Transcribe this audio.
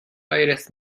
آیرس